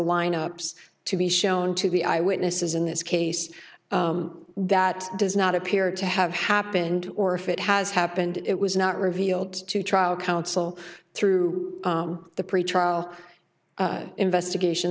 lineups to be shown to be eyewitnesses in this case that does not appear to have happened or if it has happened it was not revealed to trial counsel through the pretrial investigation